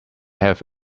have